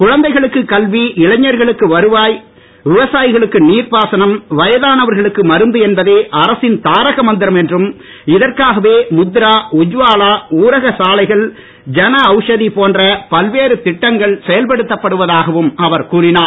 குழந்தைகளுக்கு கல்வி இளைஞர்களுக்கு வருவாய் விவசாயிகளுக்கு நீர் பாசனம் வயதானவர்களுக்கு மருந்து என்பதே அரசின் தாரக மந்திரம் என்றும் இதற்காகவே முத்ரா உஜ்வாலா போன்ற பல்வேறு ஊரகச் சாலைகள் ஜன அவ்ஷதி திட்டங்கள் செயல்படுத்தப்படுவதாகவும் அவர் கூறினார்